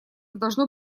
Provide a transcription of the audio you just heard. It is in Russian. должно